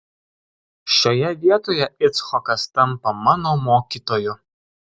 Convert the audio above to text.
šioje vietoje icchokas tampa mano mokytoju